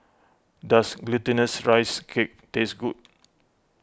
does Glutinous Rice Cake taste good